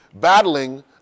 battling